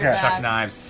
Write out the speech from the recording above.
yeah chucked knives.